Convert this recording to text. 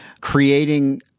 creating